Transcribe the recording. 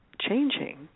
changing